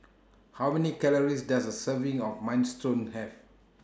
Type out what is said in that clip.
How Many Calories Does A Serving of Minestrone Have